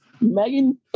Megan